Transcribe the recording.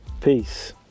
peace